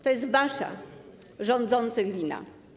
To jest wasza - rządzących - wina.